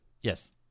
Yes